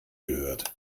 gehört